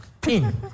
PIN